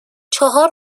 چهار